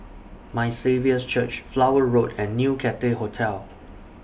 My Saviour's Church Flower Road and New Cathay Hotel